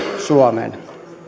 suomeen